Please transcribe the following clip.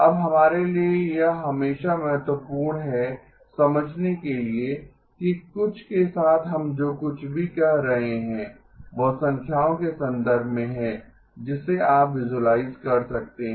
अब हमारे लिए यह हमेशा महत्वपूर्ण है समझने के लिए कि कुछ के साथ हम जो कुछ भी कह रहे हैं वह संख्याओं के संदर्भ में है जिसे आप विसुलाइज कर सकते हैं